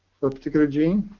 for a particular gene.